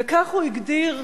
וכך הוא הגדיר,